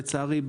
לצערי,